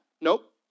Nope